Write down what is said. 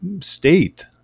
state